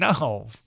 No